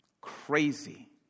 Crazy